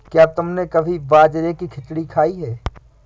क्या तुमने कभी बाजरे की खिचड़ी खाई है?